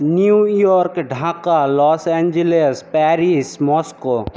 new York Dhaka Los Angeles Paris Moscow